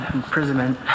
imprisonment